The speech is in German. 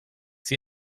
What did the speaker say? sie